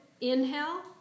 inhale